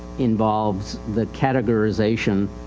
involves the categorization,